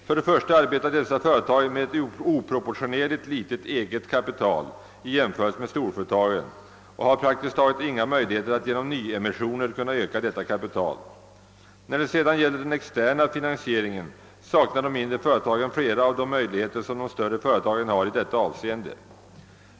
Först och främst arbetar dessa företag med ett oproportionerligt litet eget kapital i jämförelse med storföretagen och har praktiskt taget inga möjligheter att genom nyemissioner öka detta kapital. När det sedan gäller den externa finansieringen saknar de mindre företagen flera av de möjligheter som de större företagen har i detta avseende.